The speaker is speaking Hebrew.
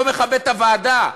לא מכבד את הוועדה,